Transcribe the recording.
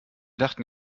dachten